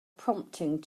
prompting